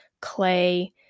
clay